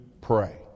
pray